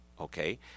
okay